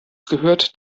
gehört